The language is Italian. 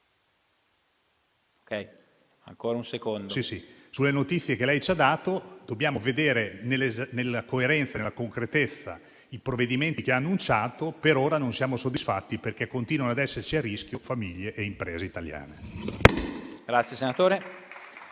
delle notizie che ci ha dato, dobbiamo vedere nella coerenza e nella concretezza i provvedimenti che ha annunciato. Per ora non siamo soddisfatti, perché continuano ad essere a rischio famiglie e imprese italiane.